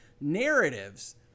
narratives